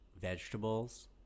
vegetables